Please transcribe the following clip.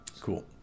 Cool